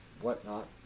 whatnot